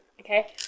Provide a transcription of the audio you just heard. okay